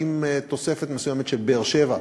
ועם תוספת מסוימת של באר-שבע.